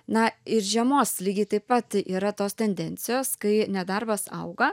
na ir žiemos lygiai taip pat yra tos tendencijos kai nedarbas auga